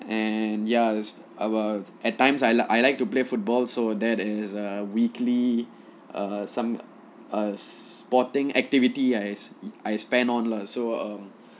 and ya I will at times I like I like to play football so that is a weekly err some err sporting activity I I spend on lah so um